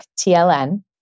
TLN